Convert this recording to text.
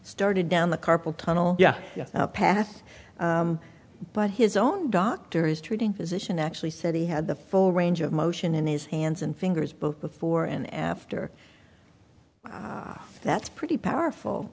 started down the carpal tunnel yeah path but his own doctor is treating physician actually said he had the full range of motion in his hands and fingers both before and after that's pretty powerful